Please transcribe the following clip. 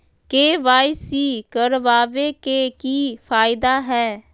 KYC करवाबे के कि फायदा है?